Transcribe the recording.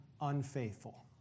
unfaithful